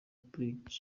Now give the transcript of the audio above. brig